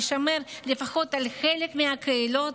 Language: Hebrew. לשמר לפחות חלק מהקהילה,